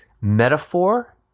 metaphor